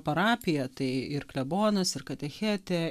parapija tai ir klebonas ir katechetė